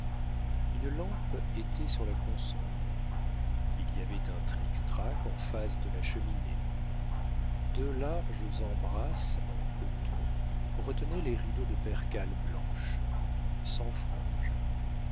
une lampe était sur la console il y avait un trictrac en face de la cheminée deux larges embrasses en coton retenaient les rideaux de percale blanche sans franges